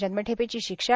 जन्मठेपेची शिक्षा